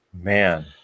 Man